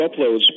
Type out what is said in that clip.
uploads